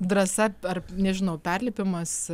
drąsa ar nežinau perlipimas